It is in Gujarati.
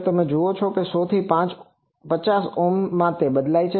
તો તમે જુઓ છો કે 100 થી 50Ω ઓહ્મ તે બદલાય છે